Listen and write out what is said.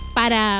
para